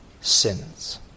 sins